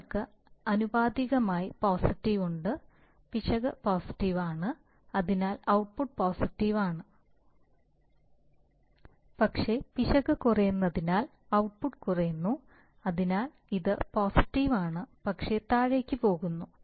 നിങ്ങൾക്ക് ആനുപാതികമായ പോസിറ്റീവ് ഉണ്ട് പിശക് പോസിറ്റീവ് ആണ് അതിനാൽ ഔട്ട്പുട്ട് പോസിറ്റീവ് ആണ് പക്ഷേ പിശക് കുറയുന്നതിനാൽ ഔട്ട്പുട്ട് കുറയുന്നു അതിനാൽ ഇത് പോസിറ്റീവ് ആണ് പക്ഷേ താഴേക്ക് പോകുന്നു